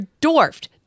dwarfed